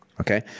Okay